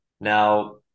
Now